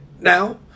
now